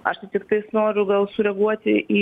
aš tai tiktais noriu gal sureaguoti į